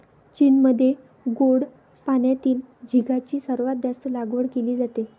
चीनमध्ये गोड पाण्यातील झिगाची सर्वात जास्त लागवड केली जाते